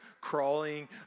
crawling